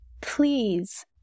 please